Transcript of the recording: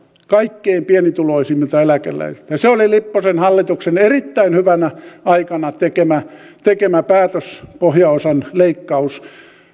kaikkein pienituloisimmilta eläkeläisiltä se oli lipposen hallituksen erittäin hyvänä aikana tekemä tekemä päätös pohjaosan leikkaus